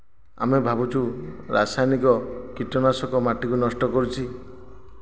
ଆମେ ଭାବୁଛୁ ରାସାୟନିକ କୀଟନାଶକ ମାଟିକୁ ନଷ୍ଟ କରୁଛି